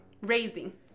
raising